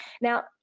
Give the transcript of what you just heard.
now